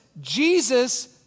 Jesus